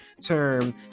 term